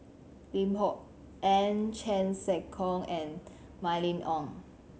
Lim Kok Ann Chan Sek Keong and Mylene Ong